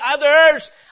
others